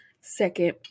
second-